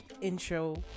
intro